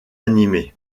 animées